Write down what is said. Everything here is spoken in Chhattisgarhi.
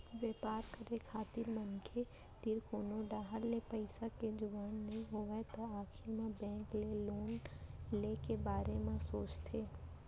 बेपार करे खातिर मनसे तीर कोनो डाहर ले पइसा के जुगाड़ नइ होय तै आखिर मे बेंक ले लोन ले के बारे म सोचथें